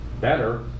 better